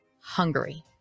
Hungary